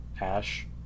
Ash